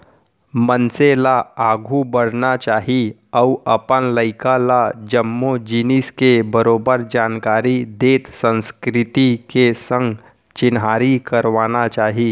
मनसे ल आघू बढ़ना चाही अउ अपन लइका ल जम्मो जिनिस के बरोबर जानकारी देत संस्कृति के संग चिन्हारी करवाना चाही